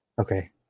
Okay